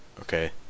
Okay